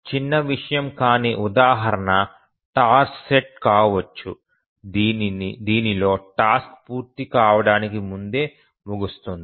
చిన్న విషయం కాని ఉదాహరణ టాస్క్ సెట్ కావచ్చు దీనిలో టాస్క్ పూర్తి కావడానికి ముందే ముగుస్తుంది